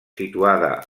situada